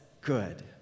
good